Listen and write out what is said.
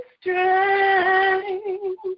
strength